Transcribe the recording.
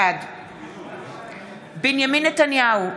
בעד בנימין נתניהו,